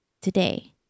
today